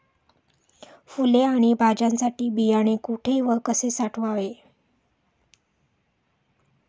फुले आणि भाज्यांसाठी बियाणे कुठे व कसे साठवायचे?